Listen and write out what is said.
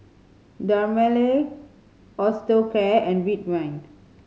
Dermale Osteocare and Ridwind